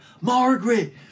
Margaret